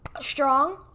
strong